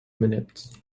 minutes